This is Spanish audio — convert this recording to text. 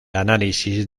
análisis